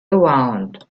around